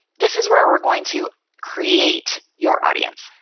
this is where we're going to create your audience.